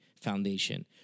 foundation